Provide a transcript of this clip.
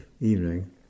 evening